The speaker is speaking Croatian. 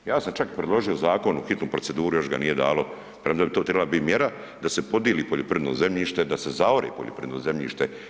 Ja sam čak predložio zakon u hitnu proceduru, još ga nije dalo premda bi to tribala bit mjera da se podili poljoprivredno zemljište, da se zaori poljoprivredno zemljište.